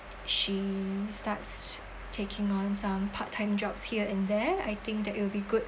she starts taking on some part time jobs here and there I think that will be good